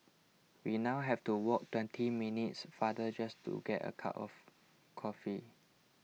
we now have to walk twenty minutes farther just to get a of coffee